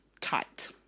tight